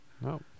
No